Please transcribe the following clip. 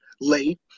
late